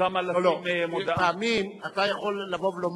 אז למה שלא תהיה תלויה מודעה שמזהירה את